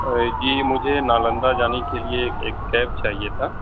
جی مجھے نالندہ جانے کے لیے ایک کیب چاہیے تھا